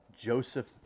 Joseph